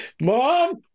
Mom